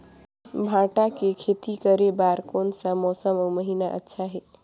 भांटा के खेती करे बार कोन सा मौसम अउ महीना अच्छा हे?